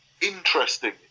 interesting